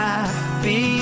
Happy